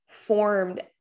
formed